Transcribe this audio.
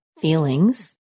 feelings